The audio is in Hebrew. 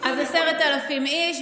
אז 10,000 איש,